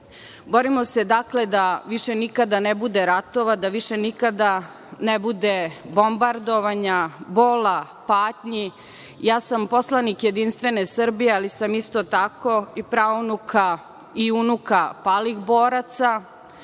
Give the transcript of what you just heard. boraca. Borimo se, dakle, da više nikada ne bude ratova, da više nikada ne bude bombardovanja, bola, patnji. Ja sam poslanik JS, ali sam isto tako i praunuka i unuka palih boraca.